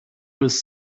was